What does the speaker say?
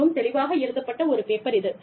மிகவும் தெளிவாக எழுதப்பட்ட ஒரு பேப்பர் இது